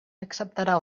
acceptarà